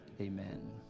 Amen